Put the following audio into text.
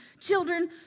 children